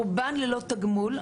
רובן ללא תגמול.